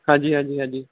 ਹਾਂਜੀ ਹਾਂਜੀ ਹਾਂਜੀ